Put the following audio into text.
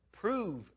Prove